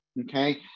okay